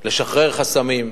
לשחרר חסמים,